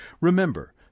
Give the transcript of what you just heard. Remember